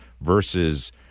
versus